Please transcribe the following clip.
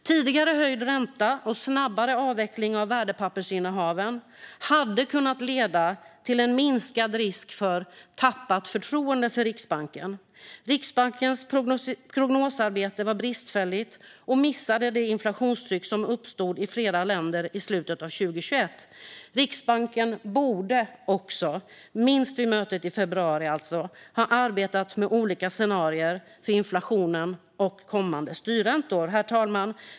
Tidigare höjd ränta och snabbare avveckling av värdepappersinnehaven hade kunnat leda till en minskad risk för tappat förtroende för Riksbanken. Riksbankens prognosarbete var bristfälligt och missade det inflationstryck som uppstod i flera länder i slutet av 2021. Riksbanken borde också, åtminstone vid mötet i februari, ha arbetat med olika scenarier för inflationen och kommande styrräntor. Herr talman!